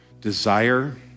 Desire